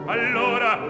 Allora